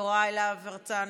יוראי להב הרצנו,